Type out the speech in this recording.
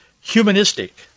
humanistic